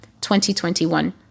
2021